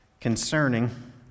concerning